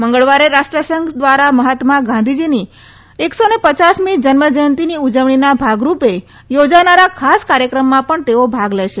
મંગળવારે રાષ્ટ્રસંઘ ધ્વારા મહાત્મા ગાંધીની દોઢસોમી જન્મજયંતિની ઉજવણીના ભાગરૂપે યોજાનારા ખાસ કાર્યક્રમમાં પણ તેઓ ભાગ લેશે